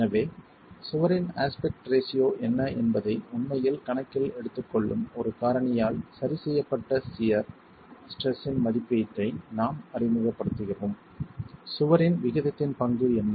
எனவே சுவரின் aspect ratio என்ன என்பதை உண்மையில் கணக்கில் எடுத்துக்கொள்ளும் ஒரு காரணியால் சரிசெய்யப்பட்ட சியர் ஸ்ட்ரெஸ் இன் மதிப்பீட்டை நாம் அறிமுகப்படுத்துகிறோம் சுவரின் விகிதத்தின் பங்கு என்ன